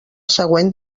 següent